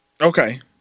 Okay